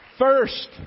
First